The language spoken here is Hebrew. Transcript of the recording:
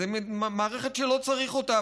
זו מערכת שלא צריך אותה,